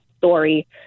story